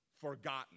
forgotten